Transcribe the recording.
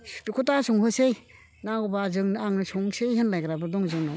बेखौ दासंहोसै नांगौबा जों आंनो संसै होनलायग्राबो दङ जोंनाव